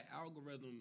algorithm